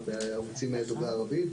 בערוצים דוברי ערבית,